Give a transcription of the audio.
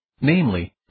Namely